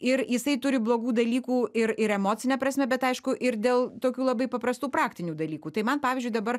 ir jisai turi blogų dalykų ir ir emocine prasme bet aišku ir dėl tokių labai paprastų praktinių dalykų tai man pavyzdžiui dabar